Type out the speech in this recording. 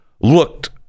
looked